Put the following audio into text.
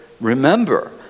remember